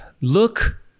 look